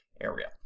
area